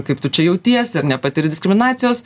kaip tu čia jautiesi ar nepatiri diskriminacijos